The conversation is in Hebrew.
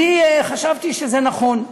אני חשבתי שזה נכון.